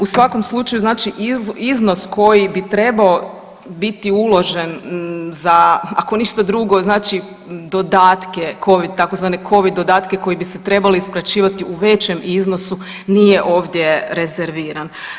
U svakom slučaju znači iznos koji bi trebao biti uložen za ako ništa drugo znači dodatke, covid, tzv. covid dodatke koji bi se trebali isplaćivati u većem iznosu nije ovdje rezerviran.